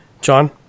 John